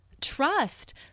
trust